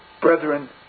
Brethren